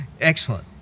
Excellent